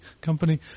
Company